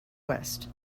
west